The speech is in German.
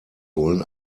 wollen